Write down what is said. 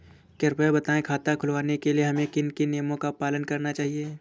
कृपया बताएँ खाता खुलवाने के लिए हमें किन किन नियमों का पालन करना चाहिए?